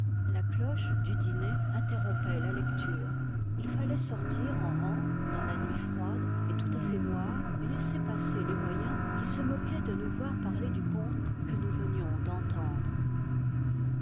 la cloche du dîner interrompait la lecture il fallait sortir en rang dans la nuit froide et tout à fait noire et laisser passer les moyens qui se moquaient de nous voir parler du conte que nous venions d'entendre